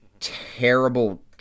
terrible